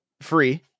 Free